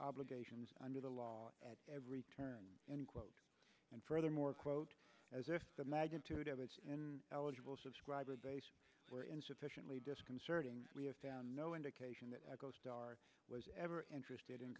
obligations under the law at every turn and quote and furthermore quote as if the magnitude of it in eligible subscriber base were insufficiently disconcerting we have found no indication that goes dark was ever interested in